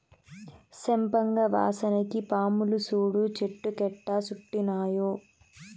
సంపెంగ వాసనకి పాములు సూడు చెట్టు కెట్టా సుట్టినాయో